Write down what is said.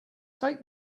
take